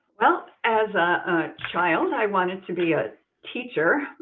well, as a child i wanted to be a teacher.